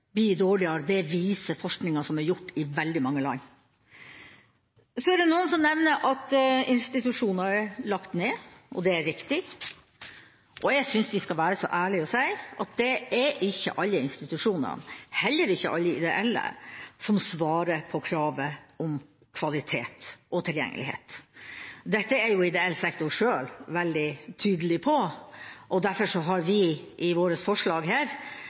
dårligere. Det viser forskningen som er gjort i veldig mange land. Noen har nevnt at institusjoner er lagt ned. Det er riktig. Jeg synes vi skal være så ærlige og si at det ikke er alle institusjoner, heller ikke alle ideelle, som innfrir kravet om kvalitet og tilgjengelighet. Dette er ideell sektor selv veldig tydelig på. Derfor har vi i vårt forslag